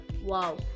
Wow